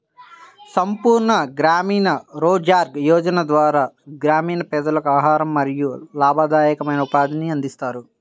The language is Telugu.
సంపూర్ణ గ్రామీణ రోజ్గార్ యోజన ద్వారా గ్రామీణ పేదలకు ఆహారం మరియు లాభదాయకమైన ఉపాధిని అందిస్తారు